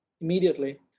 immediately